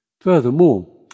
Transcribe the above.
Furthermore